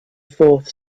fourth